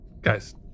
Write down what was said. guys